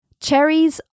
Cherries